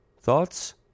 Thoughts